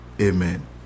Amen